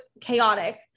chaotic